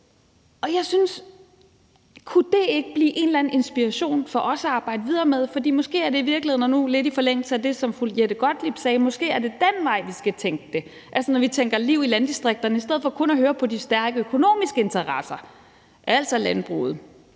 den til. Kunne det ikke blive en eller anden en inspiration for os at arbejde videre med? For måske er det i virkeligheden – lidt i forlængelse af det, som fru Jette Gottlieb sagde – den vej, vi skal tænke det. Altså, at vi lytter til de mennesker, der bor i vores landdistrikter, når vi tænker liv i landdistrikterne, i stedet for kun at høre på de stærke økonomiske interesser, altså landbruget